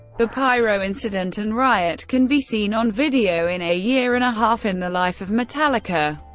the pyro incident and riot can be seen on video in a year and a half in the life of metallica.